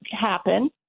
happen